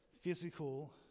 physical